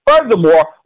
Furthermore